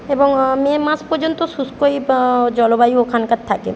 এবং মে মাস পর্যন্ত শুষ্কই জলবায়ু ওখানকার থাকে